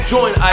Join